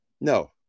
No